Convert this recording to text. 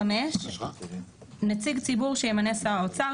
(5) "נציג ציבור שימנה שר האוצר,